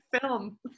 film